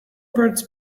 birds